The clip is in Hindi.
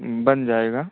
बन जाएगा